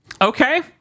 Okay